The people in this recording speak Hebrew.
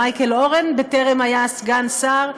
מייקל אורן בטרם היה סגן שר,